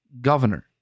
governor